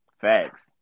Facts